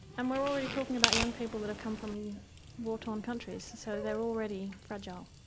and we're already talking about young people that have come from war-torn countries, so they're already fragile.